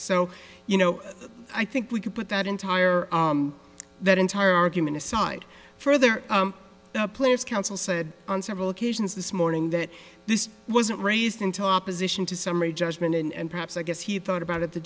so you know i think we could put that entire that entire argument aside for their players counsel said on several occasions this morning that this wasn't raised until opposition to summary judgment and perhaps i guess he thought about it the